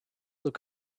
look